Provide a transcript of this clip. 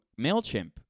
MailChimp